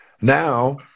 now